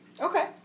Okay